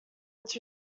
its